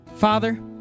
Father